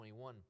21